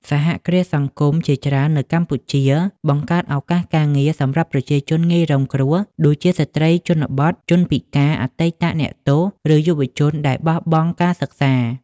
សហគ្រាសសង្គមជាច្រើននៅកម្ពុជា បង្កើតឱកាសការងារសម្រាប់ប្រជាជនងាយរងគ្រោះ ដូចជាស្ត្រីជនបទ ជនពិការ អតីតអ្នកទោស ឬយុវជនដែលបោះបង់ការសិក្សា។